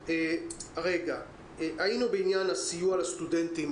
היינו בעניין הסיוע לסטודנטים.